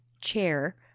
chair